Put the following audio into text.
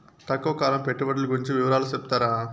తక్కువ కాలం పెట్టుబడులు గురించి వివరాలు సెప్తారా?